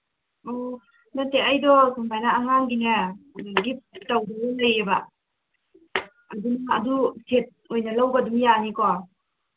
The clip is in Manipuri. ꯑꯧ ꯅꯠꯇꯦ ꯑꯩꯗꯣ ꯁꯨꯃꯥꯏꯅ ꯑꯉꯥꯡꯒꯤꯅꯦ ꯑꯗꯨꯗꯒꯤ ꯇꯧꯒꯤꯕ ꯑꯃ ꯂꯩꯌꯦꯕ ꯑꯗꯨꯝ ꯑꯗꯨ ꯁꯦꯠ ꯑꯣꯏꯅ ꯂꯧꯕ ꯑꯗꯨꯝ ꯌꯥꯅꯤꯀꯣ